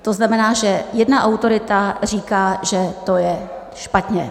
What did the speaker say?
To znamená, že jedna autorita říká, že to je špatně.